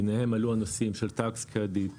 ביניהם עלו הנושאים של Tax credit,